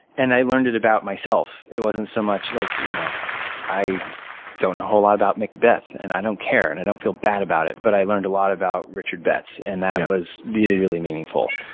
and i learned it about myself. it wasn't so much like you know i don't know a whole lot about macbeth, and i don't care, and i don't feel bad about it. but i learned a lot about richard betts. and that was really, really meaningful.